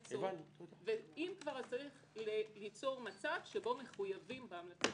ואם כבר, צריך ליצור מצב שבו מחויבים בהמלצות.